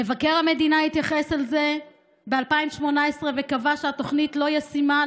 מבקר המדינה התייחס לזה ב-2018 וקבע שהתוכנית לא ישימה,